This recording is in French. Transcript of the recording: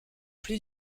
plus